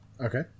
Okay